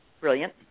Brilliant